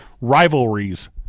rivalries